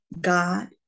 God